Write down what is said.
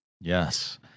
Yes